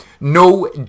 No